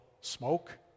smoke